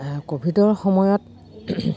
ক'ভিডৰ সময়ত